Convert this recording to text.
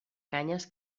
canyes